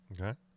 Okay